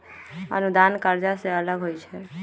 अनुदान कर्जा से अलग होइ छै